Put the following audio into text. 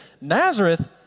Nazareth